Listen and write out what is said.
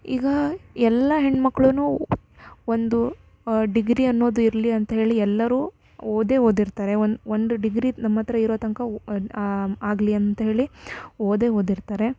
ಈಗ ಎಲ್ಲಾ ಹೆಣ್ಮಕ್ಳು ಒಂದು ಡಿಗ್ರಿ ಅನ್ನೋದು ಇರಲಿ ಅಂತ್ಹೇಳಿ ಎಲ್ಲರೂ ಓದೇ ಓದಿರ್ತಾರೆ ಒಂದು ಒಂದು ಡಿಗ್ರಿ ನಮ್ಮಹತ್ರ ಇರೋ ತನಕ ಆಗಲಿ ಅಂತ್ಹೇಳಿ ಓದೇ ಓದಿರ್ತಾರೆ